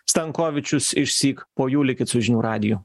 stankovičius išsyk po jų likit su žinių radiju